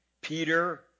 Peter